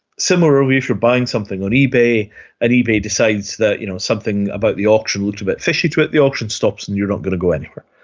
similarly if you are buying something on ebay and ebay decides that you know something about the auction looked a bit fishy to it, the auction stops and you're not going to go anywhere.